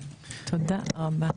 תודה רבה.